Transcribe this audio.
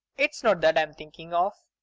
it's not that i'm thinking of.